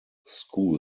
school